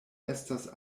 estas